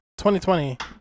2020